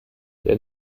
der